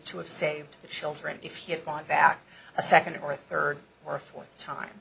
to have saved the children if he had gone back a second or third or fourth time